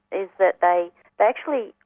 is that they actually,